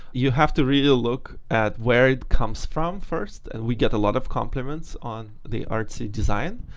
you have to really look at where it comes from first. and we get a lot of compliments on the artsy design,